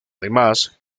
además